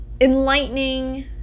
enlightening